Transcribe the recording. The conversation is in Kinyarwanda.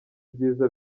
ibyiza